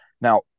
now